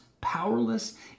powerless